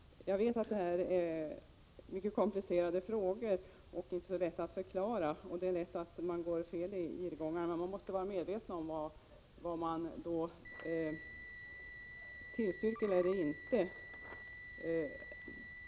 Jag vet att detta är mycket komplicerade frågor, som inte är så lätta att förklara. Det händer lätt att man går fel i irrgångarna. Man måste vara medveten om vad man då tillstyrker eller inte.